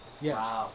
Yes